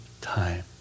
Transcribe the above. time